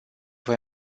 voi